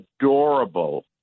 adorable